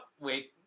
wait